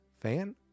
fan